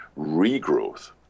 regrowth